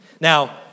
Now